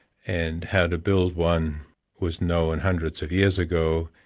and how to build one was known hundreds of years ago.